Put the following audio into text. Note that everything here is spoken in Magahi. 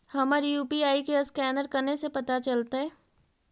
हमर यु.पी.आई के असकैनर कने से पता चलतै?